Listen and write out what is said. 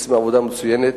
עושים עבודה מצוינת,